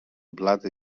blady